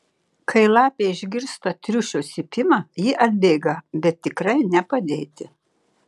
kai lapė išgirsta triušio cypimą ji atbėga bet tikrai ne padėti